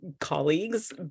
colleagues